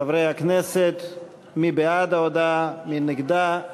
חברי הכנסת, מי בעד ההודעה, מי נגדה?